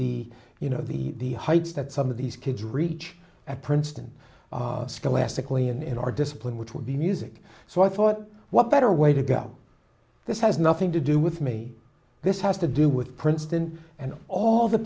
the you know the heights that some of these kids reach at princeton scholastically in in our discipline which would be music so i thought what better way to go this has nothing to do with me this has to do with princeton and all the